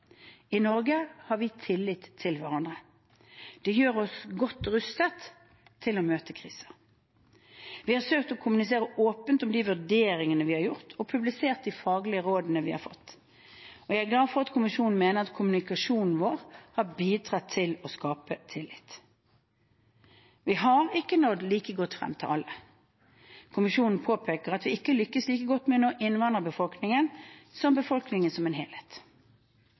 I Norge har vi tillit til hverandre. Det gjør oss godt rustet til å møte kriser. Vi har søkt å kommunisere åpent om de vurderingene vi har gjort, og publisert de faglige rådene vi har fått. Jeg er glad for at kommisjonen mener at kommunikasjonen vår har bidratt til å skape tillit. Vi har ikke nådd like godt frem til alle. Kommisjonen påpeker at vi ikke har lyktes like godt med å nå innvandrerbefolkningen som befolkningen som helhet.